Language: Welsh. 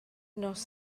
nos